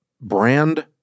brand